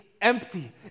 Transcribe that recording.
empty